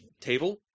Table